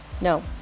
No